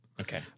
Okay